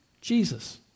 Jesus